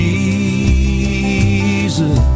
Jesus